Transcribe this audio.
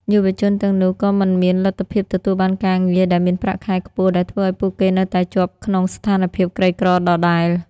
យុវជនទាំងនោះក៏មិនមានលទ្ធភាពទទួលបានការងារដែលមានប្រាក់ខែខ្ពស់ ដែលធ្វើឱ្យពួកគេនៅតែជាប់ក្នុងស្ថានភាពក្រីក្រដដែល។